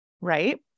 right